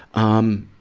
um,